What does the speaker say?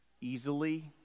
easily